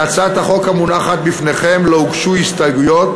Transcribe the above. להצעת החוק המונחת לפניכם לא הוגשו הסתייגויות.